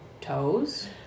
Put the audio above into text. toes